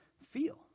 feel